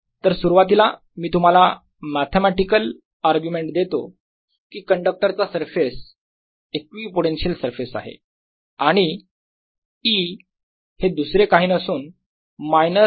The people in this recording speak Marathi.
तर सुरुवातीला मी तुम्हाला मॅथेमॅटिकल आर्ग्युमेंट देतो की कंडक्टरचा सरफेस इक्विपोटेन्शियल सरफेस आहे आणि E हे दुसरे काही नसून मायनस ग्रॅडियंट ऑफ V आहे